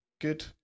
good